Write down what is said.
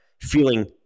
feeling